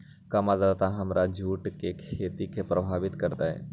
कम आद्रता हमर जुट के खेती के प्रभावित कारतै?